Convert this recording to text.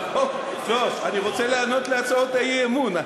אני רוצה לענות להצעות האי-אמון.